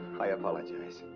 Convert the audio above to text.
i apologize.